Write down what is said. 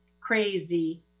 crazy